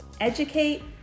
Educate